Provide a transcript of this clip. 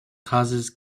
causes